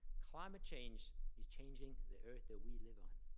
climate change is changing the earth that we live on.